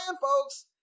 folks